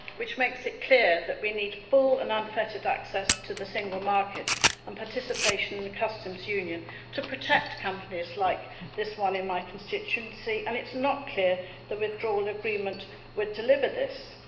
which makes it clear that we need full and unfettered access to the single market and participation in the customs union to protect companies like this one in my constituency. and it's not clear that the withdrawal agreement would deliver this.